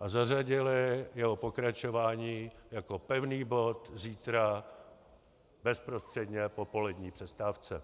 a zařadili jeho pokračování jako pevný bod zítra bezprostředně po polední přestávce.